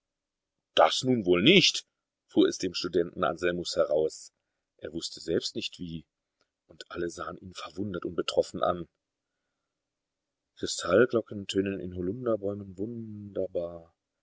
das nun wohl nicht fuhr es dem studenten anselmus heraus er wußte selbst nicht wie und alle sahen ihn verwundert und betroffen an kristallglocken tönen in holunderbäumen wunderbar